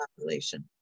population